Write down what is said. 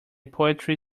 poetry